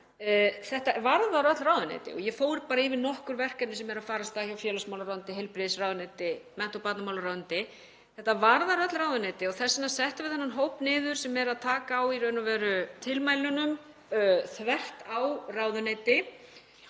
þetta varðar öll ráðuneyti. Ég fór bara yfir nokkur verkefni sem eru að fara af stað hjá félagsmálaráðuneyti, heilbrigðisráðuneyti, mennta- og barnamálaráðuneyti en þetta varðar öll ráðuneyti og þess vegna settum við þennan hóp niður sem er að taka á tilmælunum þvert á ráðuneyti.